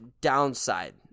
downside